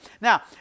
Now